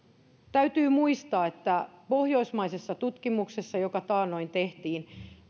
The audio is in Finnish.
täytyy muistaa että pohjoismaisessa tutkimuksessa joka taannoin tehtiin